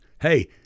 Hey